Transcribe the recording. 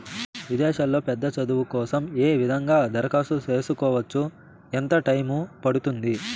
విదేశాల్లో పెద్ద చదువు కోసం ఏ విధంగా దరఖాస్తు సేసుకోవచ్చు? ఎంత టైము పడుతుంది?